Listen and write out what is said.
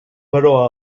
però